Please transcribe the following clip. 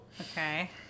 Okay